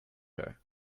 her